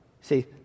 see